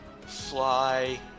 fly